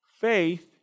faith